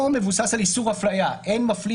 או מבוסס על איסור אפליה אין מפלים